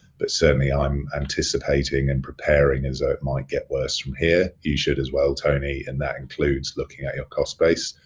but certainly, i'm anticipating and preparing as ah it might get worst from here. you should as well, tony, and that includes looking at your cost base.